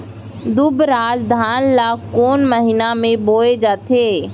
दुबराज धान ला कोन महीना में बोये जाथे?